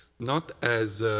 not as